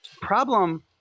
problem